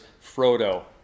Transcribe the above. Frodo